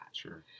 Sure